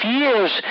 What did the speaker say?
years